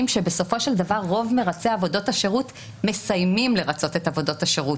שבסופו של דבר רוב מרצי עבודות השירות מסיימים לרצות את עבודות השירות.